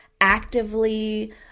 actively